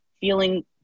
feeling